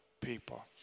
people